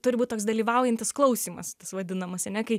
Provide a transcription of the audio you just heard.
turi būt toks dalyvaujantis klausymas tas vadinamas ane kai